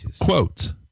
Quote